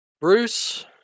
Bruce